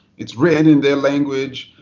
it's written in their language.